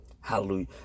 Hallelujah